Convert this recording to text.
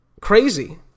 crazy